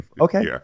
Okay